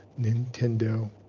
Nintendo